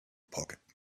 pocket